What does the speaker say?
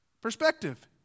perspective